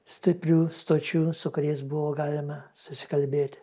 stiprių stočių su kuriais buvo galima susikalbėti